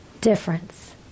difference